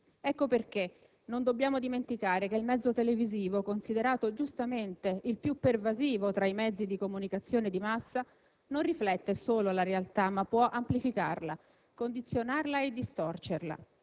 Ecco perché non dobbiamo dimenticare che il mezzo televisivo, considerato giustamente il più pervasivo tra i mezzi di comunicazione di massa, non riflette solo la realtà, ma può amplificarla, condizionarla e distorcerla.